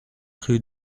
rue